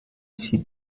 sie